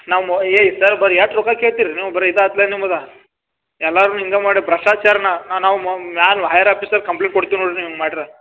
ನಾವು ಮೊ ಏ ಸರ್ ಬರಿ ಎಟ್ ರೊಕ್ಕ ಕೇಳ್ತಿರಿ ರೀ ನೀವು ಬರಿ ಇದಾತ್ಲೆ ನಿಮಗೆ ಎಲ್ಲಾರ್ನು ಹಿಂಗೆ ಮಾಡೆ ಭ್ರಷ್ಟಾಚಾರ್ನ ನಾವು ಮ್ಯಾಲೆ ಹೈಯರ್ ಆಪೀಸರ್ ಕಂಪ್ಲೇಂಟ್ ಕೊಡ್ತೀವಿ ನೋಡ್ರಿ ನೀವು ಹಿಂಗೆ ಮಾಡ್ರ